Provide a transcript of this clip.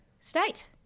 state